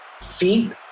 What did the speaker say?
feet